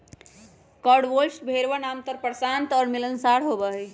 Cotswold भेड़वन आमतौर पर शांत और मिलनसार होबा हई